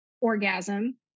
orgasm